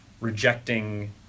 rejecting